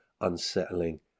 unsettling